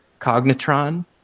Cognitron